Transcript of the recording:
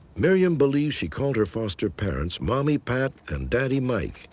miriam believes she called her foster parents mommy pat and daddy mike.